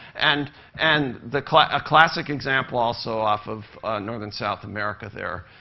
and and the a classic example, also off of northern south america there,